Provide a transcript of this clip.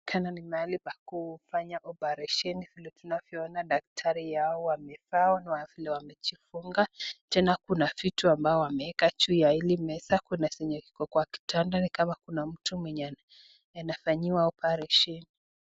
Inaonekana ni mahali pa kufanya oparesheni vile tunavyoona daktari yao wamevaa na vile wamejifunga. Tena kuna vitu ambayo wameweka juu ya hili meza. Kuna zenye iko kwa kitanda ni kama kuna mtu mwenye anafanyiwa oparesheni.